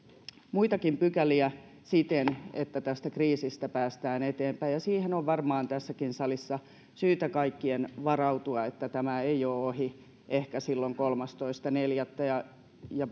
muitakin pykäliä jotta tästä kriisistä päästään eteenpäin siihen on varmaan tässäkin salissa syytä kaikkien varautua että tämä ei ole ohi ehkä silloin kolmastoista neljättä